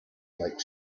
like